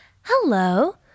Hello